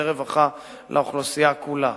שירותי רווחה לאוכלוסייה כולה.